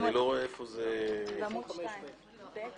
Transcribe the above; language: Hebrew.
ויותנה בקנבוס בתנאי אבטחה ומיגון לפי דרישת המשטרה.